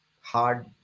hard